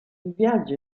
viaggio